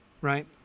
right